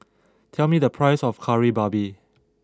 tell me the price of Kari Babi